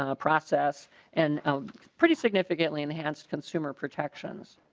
ah process and out pretty significantly enhanced consumer protections.